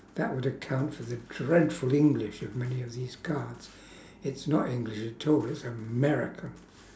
that would account for the dreadful english of many of these cards it's not english at all it's america